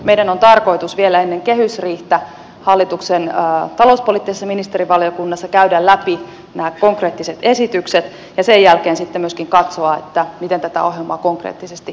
meidän on tarkoitus vielä ennen kehysriihtä hallituksen talouspoliittisessa ministerivaliokunnassa käydä läpi nämä konkreettiset esitykset ja sen jälkeen sitten myöskin katsoa miten tätä ohjelmaa konkreettisesti viedään eteenpäin